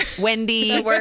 Wendy